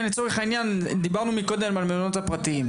לצורך העניין, דיברנו קודם על המלונות הפרטיים.